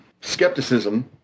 skepticism